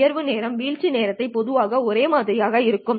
உயர்வு நேரம் மற்றும் வீழ்ச்சி நேரம் பொதுவாக ஒரே மாதிரியாக இருக்கும்